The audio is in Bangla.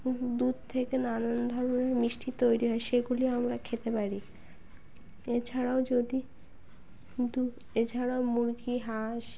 দুধ থেকে নানান ধরনের মিষ্টি তৈরি হয় সেগুলি আমরা খেতে পারি এছাড়াও যদি দু এছাড়াও মুরগি হাঁস